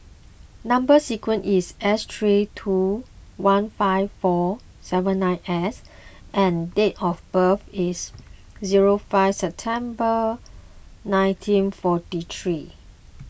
Number Sequence is S three two one five four seven nine S and date of birth is zero five September nineteen forty three